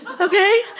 okay